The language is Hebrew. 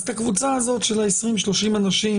אז את הקבוצה הזאת של ה-20,30 אנשים